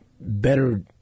better